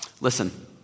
Listen